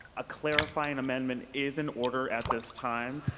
a clarifying amendment is in order at this time.